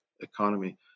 economy